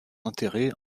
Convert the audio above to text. intérêt